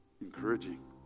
encouraging